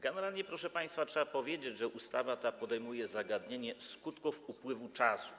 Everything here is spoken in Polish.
Generalnie, proszę państwa, trzeba powiedzieć, że ustawa ta podejmuje zagadnienie skutków upływu czasu.